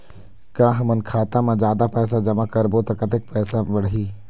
का हमन खाता मा जादा पैसा जमा करबो ता कतेक पैसा बढ़ही?